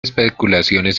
especulaciones